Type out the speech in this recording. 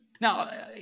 Now